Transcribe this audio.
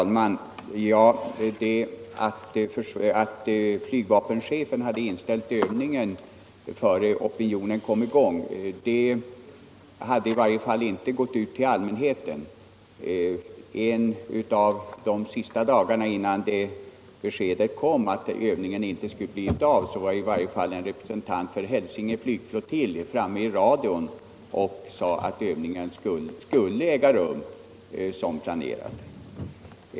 Herr talman! Att flygvapenchefen hade inställt övningen innan opinionen kom i gång hade i varje fall inte gått ut till allmänheten. En av de sista dagarna före beskedet om att övningen inte skulle bli av sade en representant för Hälsinge flygflottilj i radion att övningen skulle äga rum som planerat.